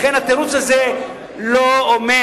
לכן, התירוץ הזה לא עומד.